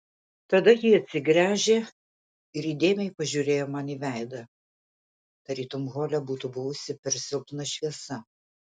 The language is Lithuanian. tada ji atsigręžė ir įdėmiai pažiūrėjo man į veidą tarytum hole būtų buvusi per silpna šviesa